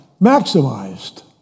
maximized